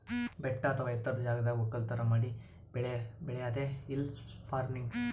ಬೆಟ್ಟ ಅಥವಾ ಎತ್ತರದ್ ಜಾಗದಾಗ್ ವಕ್ಕಲತನ್ ಮಾಡಿ ಬೆಳಿ ಬೆಳ್ಯಾದೆ ಹಿಲ್ ಫಾರ್ಮಿನ್ಗ್